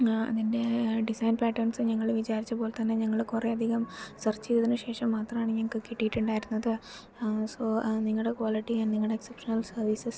ആ അതിൻ്റെ design part കാണിച്ച് നമ്മൾ വിചാരിച്ച പോലെത്തന്നെ നിങ്ങൾ കുറേ അധികം സെർച്ച് ചെയ്തതിന് ശേഷം മാത്രാണ് ഞങ്ങൾക്ക് കിട്ടിട്ടുണ്ടായിരുന്നത് സോ നിങ്ങളുടെ ക്വാളിറ്റി നിങ്ങളുടെ എക്സെപ്ഷണൽ സെർവീസസ്